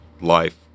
life